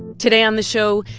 today on the show,